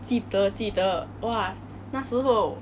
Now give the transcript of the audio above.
记得记得 !wah! 那时候